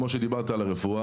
כמו שדיברתי על נושא הרפואה,